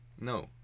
No